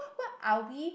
what are we